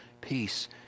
Peace